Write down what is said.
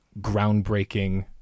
groundbreaking